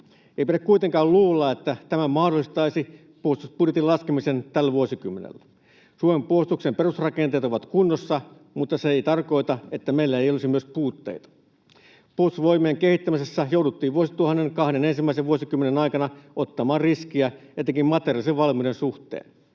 Ei pidä kuitenkaan luulla, että tämä mahdollistaisi puolustusbudjetin laskemisen tällä vuosikymmenellä. Suomen puolustuksen perusrakenteet ovat kunnossa, mutta se ei tarkoita, että meillä ei olisi myös puutteita. Puolustusvoimien kehittämisessä jouduttiin vuosituhannen kahden ensimmäisen vuosikymmenen aikana ottamaan riskiä etenkin materiaalisen valmiuden suhteen.